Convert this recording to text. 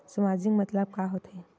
सामाजिक मतलब का होथे?